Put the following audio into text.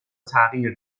تغییر